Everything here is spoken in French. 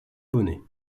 bonnet